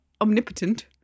omnipotent